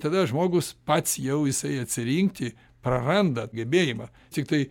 tada žmogus pats jau jisai atsirinkti praranda gebėjimą tiktai